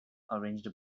arranged